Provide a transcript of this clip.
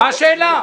מה השאלה?